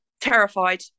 Terrified